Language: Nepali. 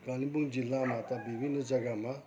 कालिम्पोङ जिल्लामा त विभिन्न जग्गामा